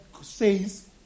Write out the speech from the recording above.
says